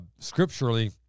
scripturally